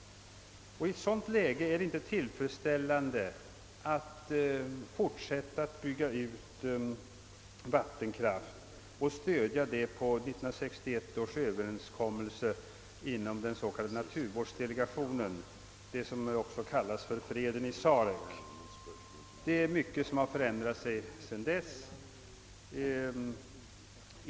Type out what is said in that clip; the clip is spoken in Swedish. I ett sådant läge är det inte tillfredsställande att fortsätta att bygga ut vattenkraften och därvid stödja sig på 1961 års överenskommelse inom den s.k. naturvårdsdelegationen — en överenskommelse som också brukar kallas för »freden i Sarek». Det är mycket som ändrat sig sedan dess.